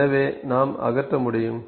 எனவே நாம் அகற்ற முடியும்